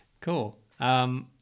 Cool